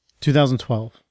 2012